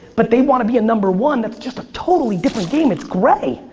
but they wanna be a number one. that's just totally different game. it's gray.